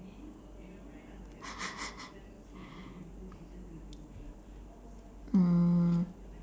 mm